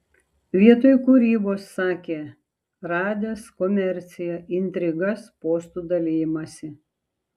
vietoj kūrybos sakė radęs komerciją intrigas postų dalijimąsi